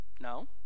No